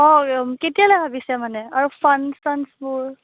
অ কেতিয়ালৈ ভাবিছে মানে আৰু